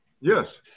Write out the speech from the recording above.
Yes